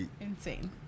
insane